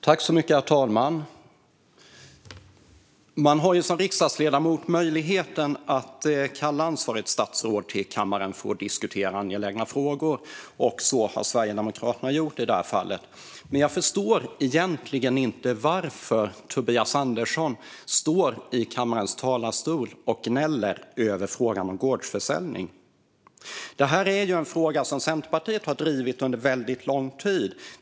Herr talman! Man har som riksdagsledamot möjlighet att kalla ansvarigt statsråd till kammaren för att diskutera angelägna frågor, och så har Sverigedemokraterna gjort i detta fall. Men jag förstår egentligen inte varför Tobias Andersson står i kammarens talarstol och gnäller över frågan om gårdsförsäljning. Det är en fråga som Centerpartiet har drivit under lång tid.